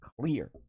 clear